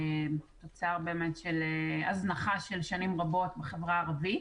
תוצר באמת של הזנחה של שנים רבות בחברה הערבית.